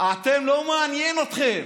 לא מעניין אתכם.